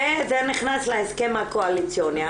ונכנס להסכם הקואליציוני.